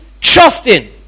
trusting